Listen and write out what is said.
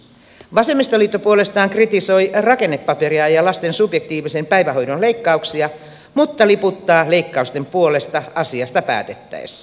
vasemmistoliitto puolestaan kritisoi rakennepaperia ja lasten subjektiivisen päivähoidon leikkauksia mutta liputtaa leikkausten puolesta asiasta päätettäessä